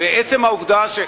ועצם העובדה,